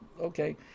okay